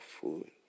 food